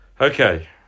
okay